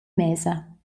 mesa